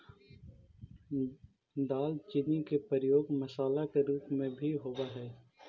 दालचीनी के प्रयोग मसाला के रूप में भी होब हई